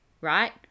right